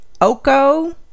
Oko